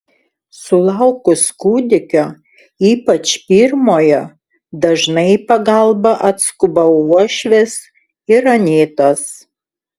sulaukus kūdikio ypač pirmojo dažnai į pagalbą atskuba uošvės ir anytos